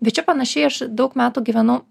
bet čia panašiai aš daug metų gyvenau